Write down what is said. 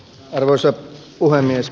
arvoisa puhemies